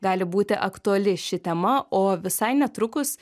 gali būti aktuali ši tema o visai netrukus